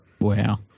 Wow